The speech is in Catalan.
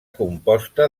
composta